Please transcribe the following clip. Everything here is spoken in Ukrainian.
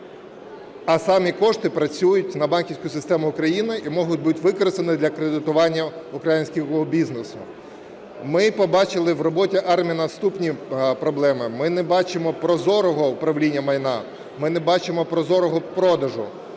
а самі кошти працюють на банківську систему України і можуть бути використані для кредитування українського бізнесу. Ми побачили в роботі АРМА наступні проблеми. Ми не бачимо прозорого управління майна, ми не бачимо прозорого продажу.